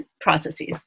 processes